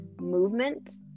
movement